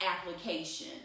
application